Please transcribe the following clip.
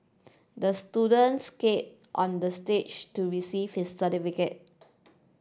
the students skated onto the stage to receive his certificate